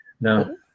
no